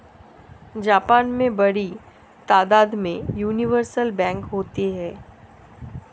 Japan में बड़ी तादाद में यूनिवर्सल बैंक होते हैं